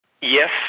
Yes